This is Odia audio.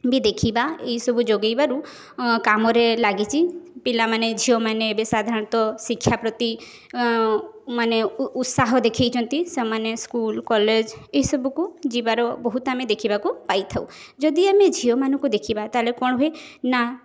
ବି ଦେଖିବା ଏଇ ସବୁ ଯୋଗାଇବାରୁ କାମରେ ଲାଗିଛି ପିଲା ମାନେ ଝିଅ ମାନେ ଏବେ ସାଧାରଣତଃ ଶିକ୍ଷା ପ୍ରତି ମାନେ ଉତ୍ସାହ ଦେଖାଇଛନ୍ତି ସେମାନେ ସ୍କୁଲ୍ କଲେଜ୍ ଏସବୁ କୁ ଯିବାର ବହୁତ ଆମେ ଦେଖିବାକୁ ପାଇଥାଉ ଯଦି ଆମେ ଝିଅ ମାନଙ୍କୁ ଦେଖିବା ତାହେଲେ କ'ଣ ହୁଏ ନା